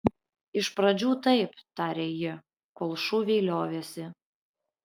iš pradžių taip tarė ji kol šūviai liovėsi